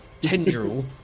tendril